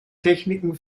techniken